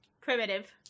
Primitive